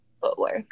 footwork